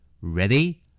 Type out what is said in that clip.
Ready